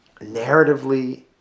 narratively